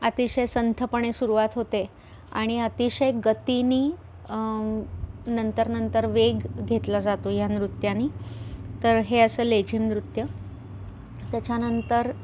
अतिशय संथपणे सुरुवात होते आणि अतिशय गतीने नंतर नंतर वेग घेतला जातो या नृत्याने तर हे असं लेझिम नृत्य त्याच्या नंतर